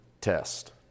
test